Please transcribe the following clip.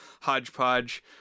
hodgepodge